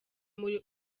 muri